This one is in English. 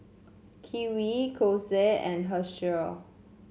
Kiwi Xorex and Herschel